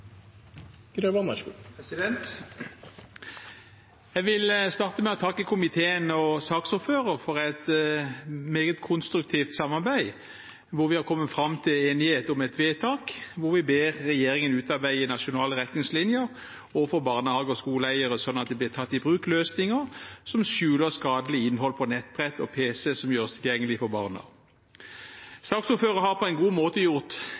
Jeg vil starte med å takke komiteen og saksordføreren for et meget konstruktivt samarbeid, hvor vi har kommet fram til enighet om et vedtak hvor vi ber regjeringen utarbeide nasjonale retningslinjer for barnehage- og skoleeiere, slik at det blir tatt i bruk løsninger som skjuler skadelig innhold på nettbrett og pc som gjøres tilgjengelig for barna. Saksordføreren har på en god måte gjort